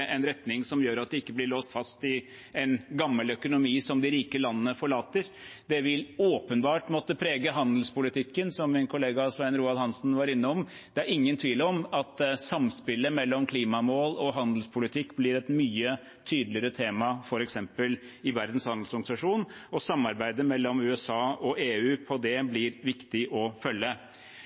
en retning som gjør at de ikke blir låst fast i en gammel økonomi som de rike landene forlater, og det vil åpenbart måtte prege handelspolitikken, som min kollega Svein Roald Hansen var innom. Det er ingen tvil om at samspillet mellom klimamål og handelspolitikk blir et mye tydeligere tema f.eks. i Verdens handelsorganisasjon, og samarbeidet mellom USA og EU om det blir viktig å følge.